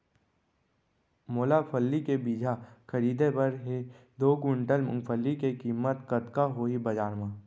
मोला फल्ली के बीजहा खरीदे बर हे दो कुंटल मूंगफली के किम्मत कतका होही बजार म?